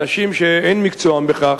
אנשים שאין מקצועם בכך,